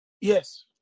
Yes